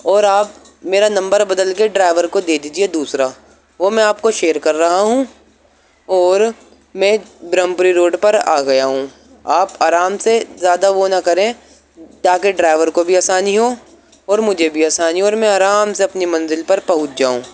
اور آپ میرا نمبر بدل کے ڈرائیور کو دے دیجیے دوسرا وہ میں آپ کو شیئر کر رہا ہوں اور میں برہمپوری روڈ پر آ گیا ہوں آپ آرام سے زیادہ وہ نہ کریں تا کہ ڈرائیور کو بھی آسانی ہو اور مجھے بھی آسانی ہو اور میں آرام سے اپنی منزل پر پہنچ جاؤں